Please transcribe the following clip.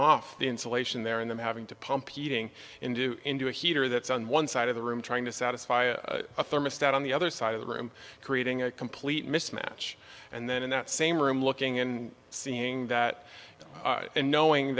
the insulation there and then having to pump eating in do into a heater that's on one side of the room trying to satisfy a thermostat on the other side of the room creating a complete mismatch and then in that same room looking in seeing that and knowing